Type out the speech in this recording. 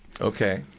Okay